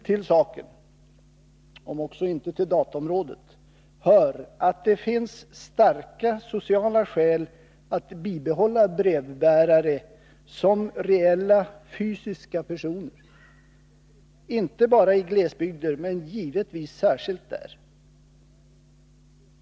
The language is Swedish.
Till saken — om också inte till dataområdet — hör att det finns starka sociala skäl att bibehålla brevbärare som reella fysiska personer, inte bara i glesbygder men givetvis särskilt där.